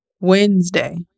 Wednesday